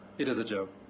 it is a joke.